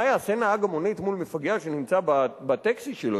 מה יעשה נהג המונית מול מפגע שנמצא בטקסי שלו,